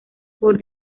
por